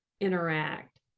interact